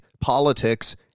politics